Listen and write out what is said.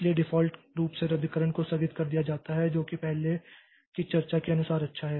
इसलिए डिफ़ॉल्ट रूप से रद्दीकरण को स्थगित कर दिया जाता है जो कि पहले की चर्चा के अनुसार अच्छा है